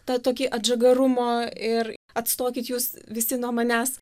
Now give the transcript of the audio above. tą tokį atžagarumo ir atstokit jūs visi nuo manęs